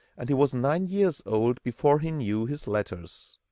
and he was nine years old before he knew his letters.